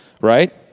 right